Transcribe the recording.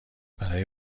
برای